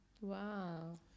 Wow